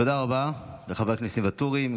תודה רבה לחבר הכנסת ואטורי.